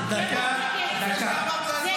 דקה, דקה, מירב.